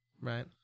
Right